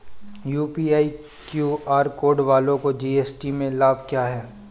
UPI QR code वालों को GST में लाभ क्या है?